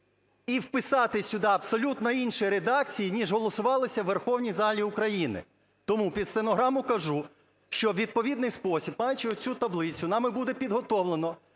і вписати сюди абсолютно інші редакції ніж голосувалися у Верховній залі України. Тому під стенограму кажу, що у відповідний спосіб, маючи оцю таблицю, нами буде підготовлено